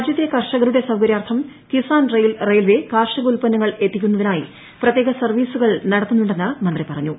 രാജ്യത്തെ കർഷകരുടെ സൌകര്യാർത്ഥം കിസാൻ റെയിൽ റെയിൽവേ കാർഷിക ഉൽപന്നങ്ങൾ എത്തിക്കുന്നതിനായി പ്രത്യേക സർവീസുകൾ നടത്തുന്നു്ണ്ടെന്ന് മന്ത്രി പറഞ്ഞു